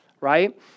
right